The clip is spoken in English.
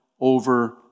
over